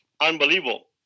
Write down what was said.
unbelievable